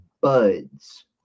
buds